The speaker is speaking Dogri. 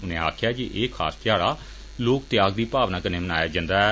उनें आक्खेया जे एह खास ध्याड़ा लोक त्याग दी भावना कन्नै मनांदे न